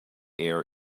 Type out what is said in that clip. air